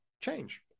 change